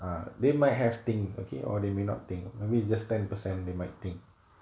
ah they might have think okay or they may not thing maybe you just ten percent they might think